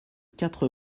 quatre